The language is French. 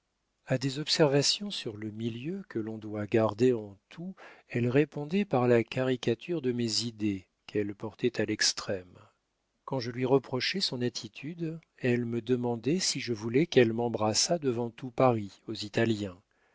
a des observations sur le milieu que l'on doit garder en tout elle répondait par la caricature de mes idées qu'elle portait à l'extrême quand je lui reprochais son attitude elle me demandait si je voulais qu'elle m'embrassât devant tout paris aux italiens